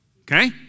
okay